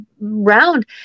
round